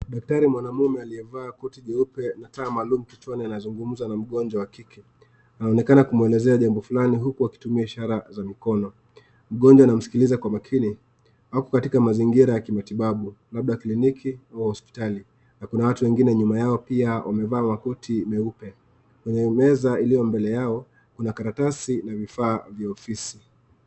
Daktari mwanamme aliye vaa koti jeupe pia na taa maalumu anazungumza na mgonjwa wa kike. Anaonekana kumuelezea jambo fulani huku akitumia ishara ya mkono. Mgonjwa anamskiliza kwa makini. Wako katika mazingira ya kimatibabu labda kliniki au hospitali na kuna watu wengine nyuma yao pia wamevaa makoti meupe. Kwenye meza iliyo mbele yao kuna makaratasi na vifaa vya ofisi.